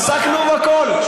עסקנו בכול.